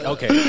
Okay